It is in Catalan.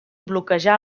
bloquejar